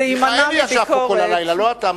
מיכאלי ישב פה כל הלילה, לא אתה.